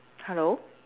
hello